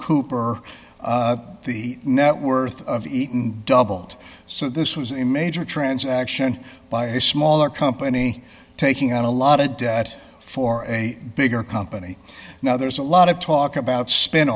cooper the net worth of eaton doubled so this was a major transaction by a smaller company taking on a lot of debt for a bigger company now there's a lot of talk about spin